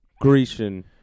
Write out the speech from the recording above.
Grecian